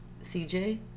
CJ